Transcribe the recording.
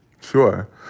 Sure